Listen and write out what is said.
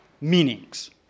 meanings